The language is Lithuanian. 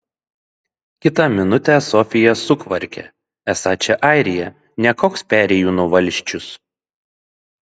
kitą minutę sofija sukvarkia esą čia airija ne koks perėjūnų valsčius